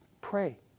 pray